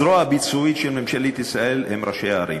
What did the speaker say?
הזרוע הביצועית של ממשלת ישראל היא ראשי הערים.